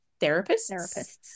Therapists